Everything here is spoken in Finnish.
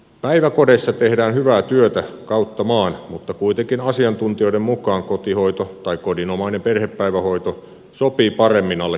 päiväkodeissa tehdään hyvää työtä kautta maan mutta kuitenkin asiantuntijoiden mukaan kotihoito tai kodinomainen perhepäivähoito sopii paremmin alle kolmevuotiaalle